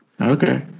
Okay